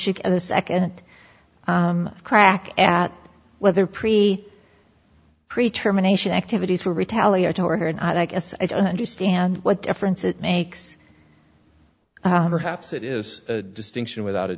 should get a second crack at whether pre pre term anation activities were retaliator to her and i guess i don't understand what difference it makes it is a distinction without a